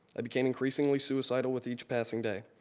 ah became increasingly suicidal with each passing day.